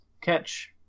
catch